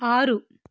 ఆరు